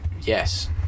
yes